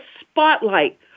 spotlight